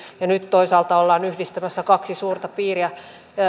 ja nyt toisaalta ollaan yhdistämässä kaksi suurta piiriä